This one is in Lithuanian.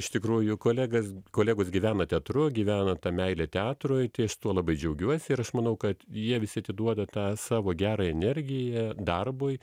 iš tikrųjų kolegas kolegos gyvena teatru gyvena ta meilė teatrui tai aš tuo labai džiaugiuosi ir aš manau kad jie visi atiduoda tą savo gerąją energiją darbui